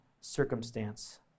circumstance